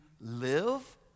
live